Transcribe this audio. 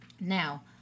Now